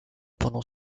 pendant